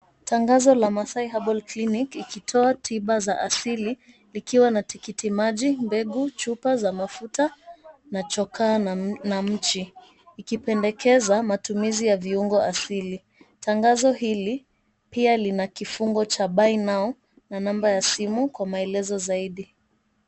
Tangazo la Masai Herbal Clinic, ikitoa tiba za asili, likiwa na tikitimaji, mbegu, chupa za mafuta na chokaa na mchi, likipendekeza matumizi ya viungo asili. Tangazo hili pia lina kifungo cha "Buy Now" na namba ya simu kwa maelezo zaidi.